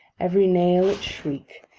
every nail its shriek,